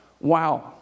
wow